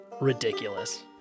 ridiculous